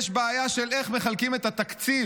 יש בעיה של איך מחלקים את התקציב,